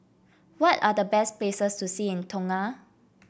what are the best places to see in Tonga